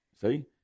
See